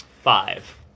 Five